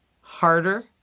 harder